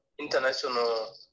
international